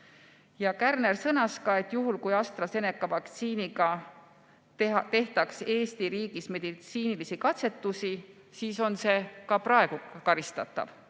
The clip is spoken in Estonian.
Kärner sõnas ka, et juhul kui AstraZeneca vaktsiiniga tehtaks Eesti riigis meditsiinilisi katsetusi, siis on see ka praegu karistatav.